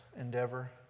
endeavor